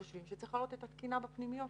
חושבים שצריך להעלות את התקינה בפנימיות.